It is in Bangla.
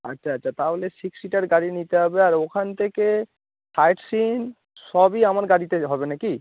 আচ্ছা আচ্ছা তাহলে সিক্স সিটার গাড়ি নিতে হবে আর ওখান থেকে সাইডসিন সবই আমার গাড়িতে হবে নাকি